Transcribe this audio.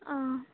ᱚᱻ